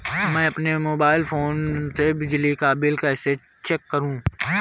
मैं अपने mobile phone से बिजली का बिल कैसे चेक करूं?